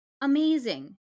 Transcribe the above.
amazing